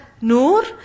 nur